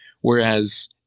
whereas